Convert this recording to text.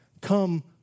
Come